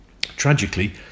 Tragically